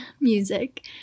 music